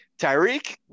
Tyreek